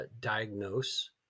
diagnose